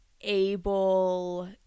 able